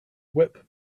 whip